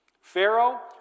Pharaoh